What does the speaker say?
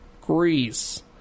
Greece